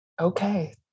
Okay